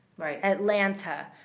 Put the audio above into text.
Atlanta